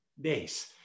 days